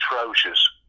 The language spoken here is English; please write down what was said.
atrocious